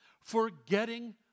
Forgetting